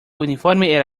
uniforme